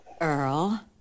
Earl